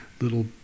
little